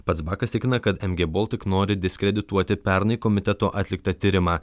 pats bakas tikina kad mg baltic nori diskredituoti pernai komiteto atliktą tyrimą